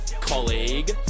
Colleague